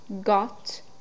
Got